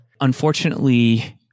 Unfortunately